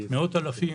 מאות אלפים,